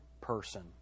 person